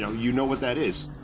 know, you know what that is.